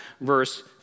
verse